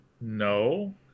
no